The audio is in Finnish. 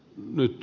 nyt